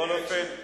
בכל אופן,